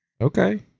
Okay